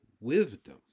wisdom